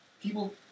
people